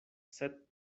sed